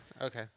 okay